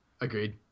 agreed